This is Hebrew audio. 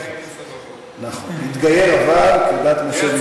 נכון, התגייר אבל כדת משה וישראל.